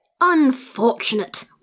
Unfortunate